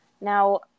Now